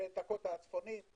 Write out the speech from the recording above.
כי